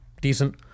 Decent